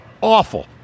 awful